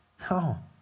No